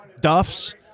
Duff's